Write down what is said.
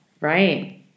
Right